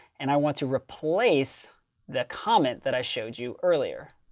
and i want to replace the comment that i showed you earlier.